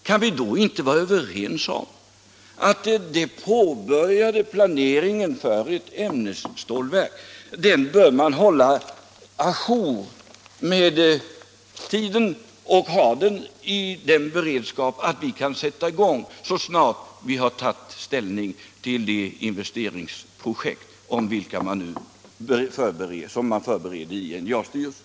Kan vi då inte vara överens om att man bör hålla den påbörjade planeringen för ett ämnesstålverk å jour med utvecklingen och ha en sådan beredskap att vi kan sätta i gång så snart vi har tagit ställning till de investeringsprojekt som man nu förbereder i NJA:s styrelse?